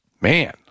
man